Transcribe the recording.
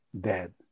dead